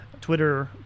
Twitter